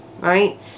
right